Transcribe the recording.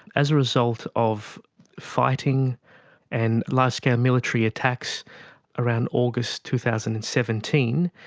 as a result of fighting and large-scale military attacks around august two thousand and seventeen,